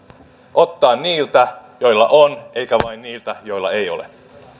ottaa niiltä joilla on eikä vain niiltä joilla ei ole